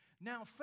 Now